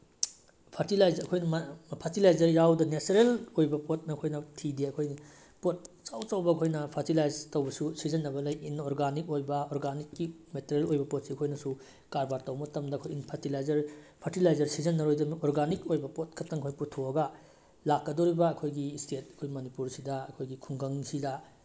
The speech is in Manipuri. ꯐꯔꯇꯤꯂꯥꯏꯖꯔ ꯑꯩꯈꯣꯏꯅ ꯐꯔꯇꯤꯂꯥꯏꯖꯔ ꯌꯥꯎꯗꯅ ꯅꯦꯆꯔꯦꯜ ꯑꯣꯏꯕ ꯄꯣꯠꯅ ꯑꯩꯈꯣꯏꯅ ꯊꯤꯗꯦ ꯑꯩꯈꯣꯏꯅ ꯄꯣꯠ ꯑꯆꯧ ꯑꯆꯧꯕ ꯑꯩꯈꯣꯏꯅ ꯐꯔꯇꯤꯂꯥꯏꯁ ꯇꯧꯕꯁꯨ ꯁꯤꯖꯤꯟꯅꯕ ꯂꯩ ꯏꯟꯑꯣꯔꯒꯥꯅꯤꯛ ꯑꯣꯏꯕ ꯑꯣꯔꯒꯥꯅꯤꯛꯀꯤ ꯃꯦꯇꯔꯦꯜ ꯑꯣꯏꯕ ꯄꯣꯠꯁꯤ ꯑꯩꯈꯣꯏꯅꯁꯨ ꯀꯔꯕꯥꯔ ꯇꯧꯕ ꯃꯇꯝꯗ ꯑꯩꯈꯣꯏ ꯏꯟ ꯐꯔꯇꯤꯂꯥꯏꯖꯔ ꯐꯔꯇꯤꯂꯥꯏꯖꯔ ꯁꯤꯖꯤꯟꯅꯔꯣꯏꯗꯕꯅꯤ ꯑꯣꯔꯒꯥꯅꯤꯛ ꯑꯣꯏꯕ ꯄꯣꯠ ꯈꯇꯪ ꯑꯩꯈꯣꯏ ꯄꯨꯊꯣꯛꯑꯒ ꯂꯥꯛꯀꯗꯣꯔꯤꯕ ꯑꯩꯈꯣꯏꯒꯤ ꯏꯁꯇꯦꯠ ꯑꯩꯈꯣꯏ ꯃꯅꯤꯄꯨꯔꯁꯤꯗ ꯑꯩꯈꯣꯏꯒꯤ ꯈꯨꯡꯒꯪꯁꯤꯗ